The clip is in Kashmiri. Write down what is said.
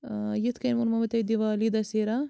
ٲں یِتھ کٔنۍ ووٚنمو مےٚ تۄہہِ دیٖوالی دَسیرا